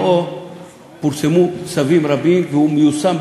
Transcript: במלואו פורסמו צווים רבים והוא מיושם,